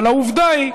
אבל העובדה היא,